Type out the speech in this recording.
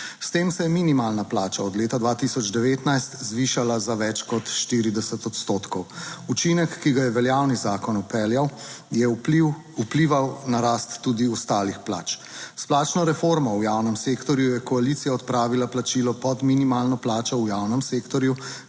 S tem se je minimalna plača od leta 2019 zvišala za več kot 40 odstotkov. Učinek, ki ga je veljavni zakon vpeljal je vplival na rast tudi ostalih plač. S plačno reformo v javnem sektorju je koalicija odpravila plačilo pod minimalno plačo v javnem sektorju,